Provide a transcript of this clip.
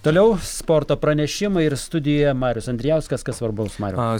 toliau sporto pranešimai ir studijoje marius andrijauskas kas svarbaus mariau